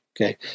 Okay